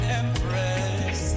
empress